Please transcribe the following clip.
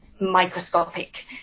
microscopic